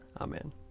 Amen